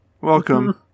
Welcome